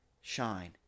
shine